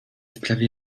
sprawie